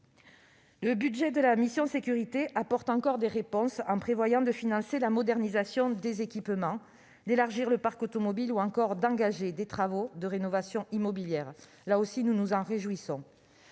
Le budget de la mission « Sécurités » apporte encore des réponses en prévoyant de financer la modernisation des équipements, d'élargir le parc automobile ou encore d'engager des travaux de rénovation immobilière. Là aussi, c'est un motif